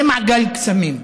זה מעגל קסמים.